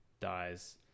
Dies